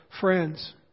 friends